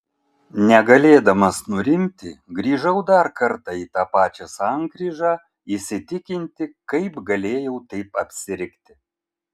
negalėdamas nurimti grįžau dar kartą į tą pačią sankryžą įsitikinti kaip galėjau taip apsirikti